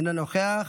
אינו נוכח,